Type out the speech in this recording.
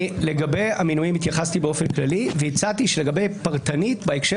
לגבי המינויים התייחסתי באופן כללי והצעתי שלגבי פרטנית בהקשר